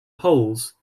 poles